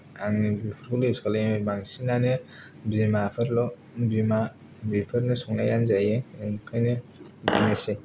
आं बेफोरखौल' इउज खालायो बांसिनानो बिमाफोरल' बिमा बेफोरनो संनायानो जायो ओंखायनो एसेनोसै